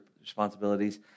responsibilities